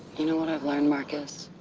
you know what i've learned marcus?